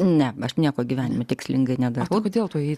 ne aš nieko gyvenime tikslingai nedarau o kodėl tu ėjai